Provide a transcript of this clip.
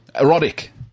erotic